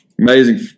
Amazing